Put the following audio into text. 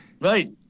Right